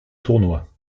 tournoi